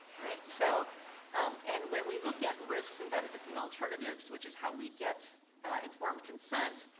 so and when we look at risks and benefits and alternatives which is how we get informed consent,